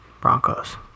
Broncos